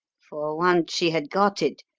for, once she had got it,